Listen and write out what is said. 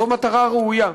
זו מטרה ראויה.